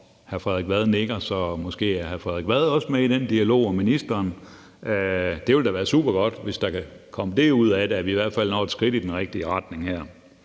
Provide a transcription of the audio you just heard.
hr. Frederik Vad nikker, så måske er hr. Frederik Vad og ministeren også med i den dialog. Det ville da være supergodt, hvis der kan komme det ud af det, at vi i hvert fald når et skridt i den rigtige retning her.